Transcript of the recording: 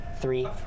Three